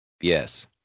Yes